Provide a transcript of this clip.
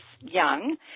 young